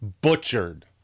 Butchered